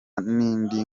n’indi